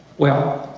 well,